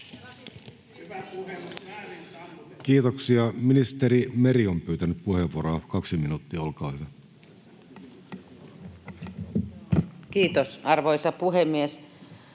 Kiitoksia. — Ministeri Meri on pyytänyt puheenvuoroa. Kaksi minuuttia, olkaa hyvä. [Speech 116] Speaker: